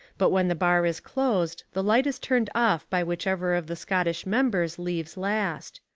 but when the bar is closed the light is turned off by whichever of the scotch members leaves last.